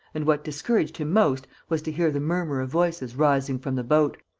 and what discouraged him most was to hear the murmur of voices rising from the boat,